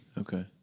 Okay